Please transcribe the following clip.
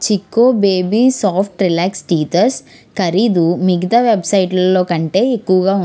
Chicco baby soft relax teethers ఖరీదు మిగతా వెబ్సైట్లలో కంటే ఎక్కువగా ఉంది